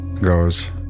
goes